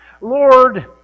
Lord